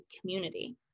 community